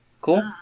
cool